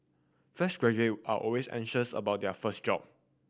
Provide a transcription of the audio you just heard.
fresh graduate are always anxious about their first job